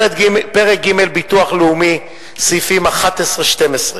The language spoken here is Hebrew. פרק ג': ביטוח לאומי (סעיפים 11 ו-12)